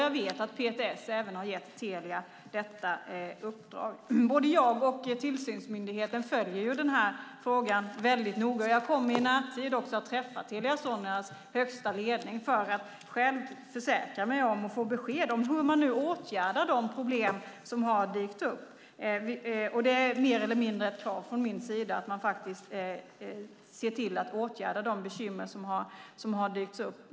Jag vet att PTS även har gett Telia detta uppdrag. Både jag och tillsynsmyndigheten följer denna fråga noga. Jag kommer i närtid att träffa Telia Soneras högsta ledning för att själv försäkra mig om och få besked om hur man nu åtgärdar de problem som har dykt upp. Det är mer eller mindre ett krav från min sida att man faktiskt ser till att åtgärda de bekymmer som har dykt upp.